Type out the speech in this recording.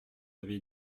avez